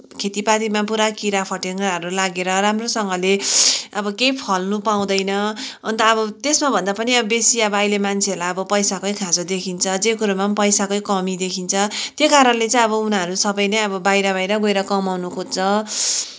खेतीपातीमा पुरा किराफटेङ्ग्राहरू लागेर राम्रोसँगले अब केही फल्नु पाउँदैन अन्त अब त्यसमा भन्दा पनि बेसी अहिले मान्छेहरूलाई अब पैसाकै खाँचो देखिन्छ जे कुरोमा पनि पैसाकै कमी देखिन्छ त्यही कारणले चाहिँ अब उनीहरू सबै नै अब बाहिर बाहिर गएर कमाउनु खोज्छ